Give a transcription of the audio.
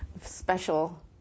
special